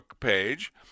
page